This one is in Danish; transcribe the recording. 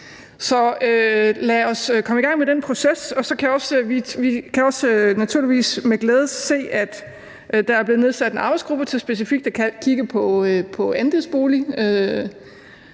lad os komme i gang med den proces. Vi kan naturligvis også med glæde se, at der er blevet nedsat en arbejdsgruppe til specifikt at kigge på andelsboliger